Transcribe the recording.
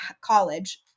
college